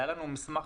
היה לנו מסמך